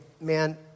man